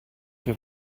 che